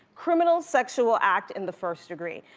criminal sexual act in the first degree.